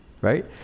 right